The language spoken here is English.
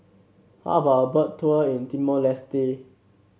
how about a Boat Tour in Timor Leste